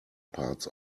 parts